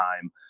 time